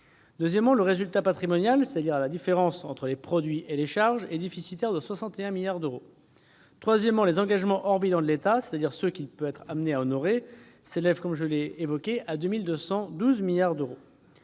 Deuxièmement, le résultat patrimonial, c'est-à-dire la différence entre les produits et les charges, est négatif à hauteur de 61 milliards d'euros. Troisièmement, les engagements hors bilan de l'État, c'est-à-dire ceux qu'il peut être amené à honorer, s'élèvent à 2 212 milliards d'euros.